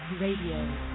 Radio